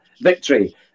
victory